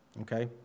okay